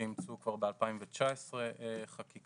שאימצו כבר ב-2019 חקיקה,